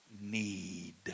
need